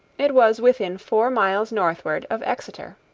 it was within four miles northward of exeter.